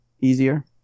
easier